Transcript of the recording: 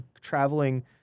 traveling